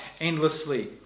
endlessly